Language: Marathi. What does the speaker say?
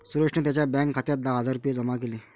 सुरेशने त्यांच्या बँक खात्यात दहा हजार रुपये जमा केले